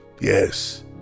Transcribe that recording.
Yes